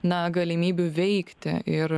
na galimybių veikti ir